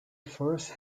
first